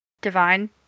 Divine